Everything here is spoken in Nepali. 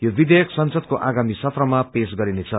यो विधेयक संसदको आगामी सत्रमा पेश गरिने छ